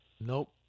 Nope